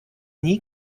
nie